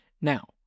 Now